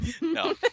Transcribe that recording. No